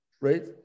right